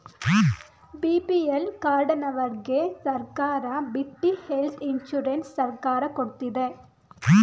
BPL ಕಾರ್ಡನವರ್ಗೆ ಸರ್ಕಾರ ಬಿಟ್ಟಿ ಹೆಲ್ತ್ ಇನ್ಸೂರೆನ್ಸ್ ಸರ್ಕಾರ ಕೊಡ್ತಿದೆ